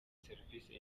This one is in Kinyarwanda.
serivisi